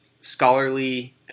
scholarly